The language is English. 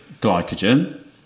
glycogen